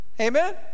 amen